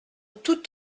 toute